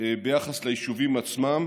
ביחס ליישובים עצמם.